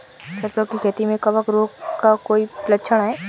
सरसों की खेती में कवक रोग का कोई लक्षण है?